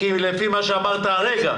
לפי מה שאמרת הרגע.